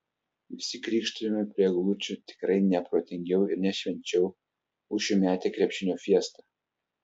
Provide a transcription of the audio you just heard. visi krykštavimai prie eglučių tikrai ne protingiau ir ne švenčiau už šiųmetę krepšinio fiestą